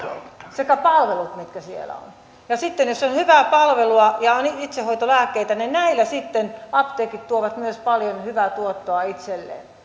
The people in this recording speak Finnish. sekä palvelut mitkä siellä on ja sitten jos on hyvää palvelua ja on itsehoitolääkkeitä niin näillä sitten apteekit tuovat myös paljon hyvää tuottoa itselleen